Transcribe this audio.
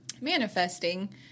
manifesting